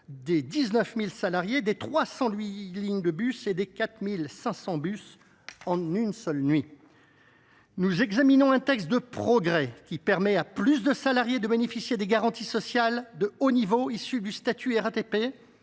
de 19 000 salariés, 308 lignes de bus et 4 500 bus en une seule nuit ! Nous examinons un texte de progrès qui permet à un plus grand nombre de salariés de bénéficier de garanties sociales de haut niveau issues du statut RATP,